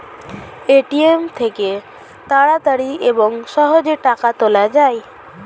ATM থেকে তাড়াতাড়ি এবং সহজে টাকা তোলা যায়